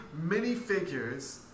minifigures